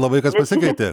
labai kas pasikeitė